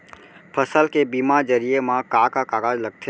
फसल के बीमा जरिए मा का का कागज लगथे?